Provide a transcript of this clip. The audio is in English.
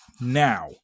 Now